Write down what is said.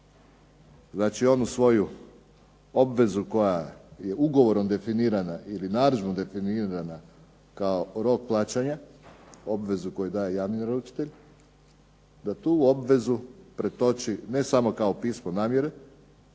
Znači onu svoju obvezu koja je ugovorom definirana kao rok plaćanja, obvezu koju daje javni naručitelj, da tu obvezu pretoči ne samo kao pismo namjere